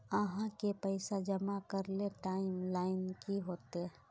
आहाँ के पैसा जमा करे ले टाइम लाइन की होते?